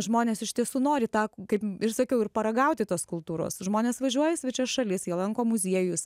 žmonės iš tiesų nori tą kaip ir sakiau ir paragauti tos kultūros žmonės važiuoja į svečias šalis jie lanko muziejus